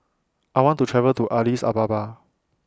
I want to travel to Addis Ababa